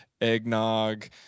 Eggnog